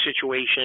situation